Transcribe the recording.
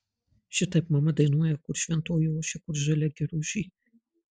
šitaip mama dainuoja kur šventoji ošia kur žalia giružė